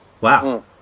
Wow